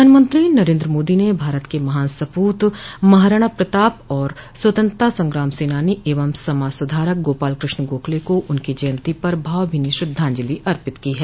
प्रधानमंत्री नरेन्द्र मोदी ने भारत के महान सपूत महाराणा प्रताप और स्वतंत्रता संग्राम सेनानी एवं समाज सुधारक गोपाल कृष्ण गोखले को उनकी जयंती पर भावभीनी श्रद्धांजलि अर्पित की है